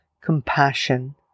compassion